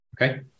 Okay